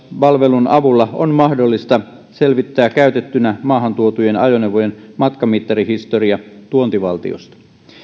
palvelun avulla on mahdollista selvittää käytettynä maahantuotujen ajoneuvojen matkamittarihistoria tuontivaltiosta